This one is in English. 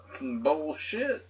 Bullshit